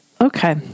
Okay